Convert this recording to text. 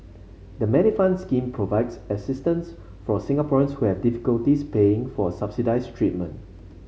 the Medifund scheme provides assistance for Singaporeans who have difficulties paying for subsidized treatment